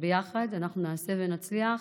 ביחד אנחנו נעשה ונצליח,